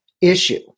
issue